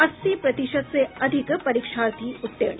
अस्सी प्रतिशत से अधिक परीक्षार्थी उत्तीर्ण